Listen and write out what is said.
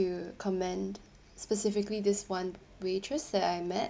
comment specifically this one waitress that I met